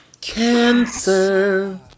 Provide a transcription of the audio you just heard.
Cancer